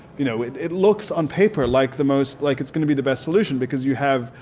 you know it it looks on paper like the most, like it's gonna be the best solution because you have,